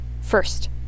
first